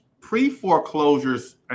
Pre-foreclosures